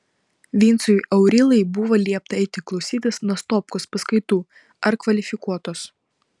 vincui aurylai buvo liepta eiti klausytis nastopkos paskaitų ar kvalifikuotos